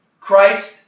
Christ